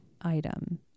item